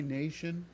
nation